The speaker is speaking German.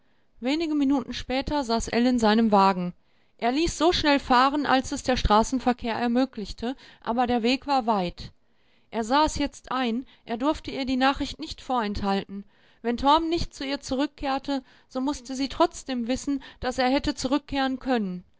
wenige minuten später saß ell in seinem wagen er ließ so schnell fahren als es der straßenverkehr ermöglichte aber der weg war weit er sah es jetzt ein er durfte ihr die nachricht nicht vorenthalten wenn torm nicht zu ihr zurückkehrte so mußte sie trotzdem wissen daß er hätte zurückkehren können